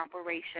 operation